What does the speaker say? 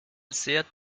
sehr